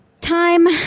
time